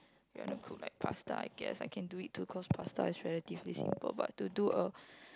you want to cook like pasta I guess I can do it too cause pasta is relatively simple but to do a